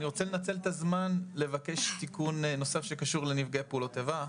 אני רוצה לנצל את הזמן ולבקש תיקון נוסף שקשור לנפגעי פעולות איבה,